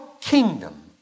kingdom